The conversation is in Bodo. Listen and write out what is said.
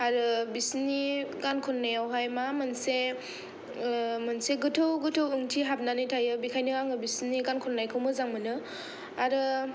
आरो बिसिनि गान खननायावहाय मा मोनसे मोनसे गोथौ गोथौ ओंथि हाबनानै थायो बेखायनो आं बिसिनि गान खननायखौ मोजां मोनो आरो